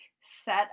set